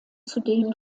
zudem